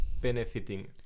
benefiting